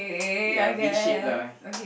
ya V shape lah